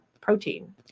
protein